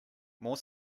more